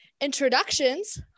introductions